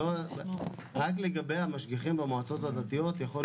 רק לגבי המשגיחים במועצות הדתיות יכול להיות